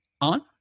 on